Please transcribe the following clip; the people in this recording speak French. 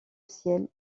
ciel